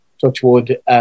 Touchwood